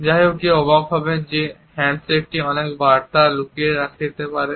যাইহোক কেউ অবাক হবেন যে এই হ্যান্ডশেকটিতে অনেক বার্তা লুকিয়ে থাকতে পারে